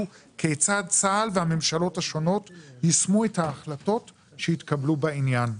כיצד צה"ל והממשלות השונות יישמו את ההחלטות שהתקבלו בעניין.